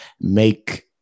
make